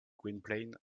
gwynplaine